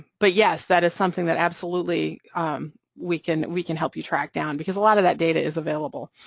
but yes, that is something that absolutely we can we can help you track down because a lot of that data is available.